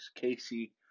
Casey